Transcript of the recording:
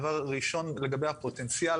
דבר ראשון לגבי הפוטנציאל,